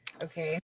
Okay